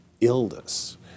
illness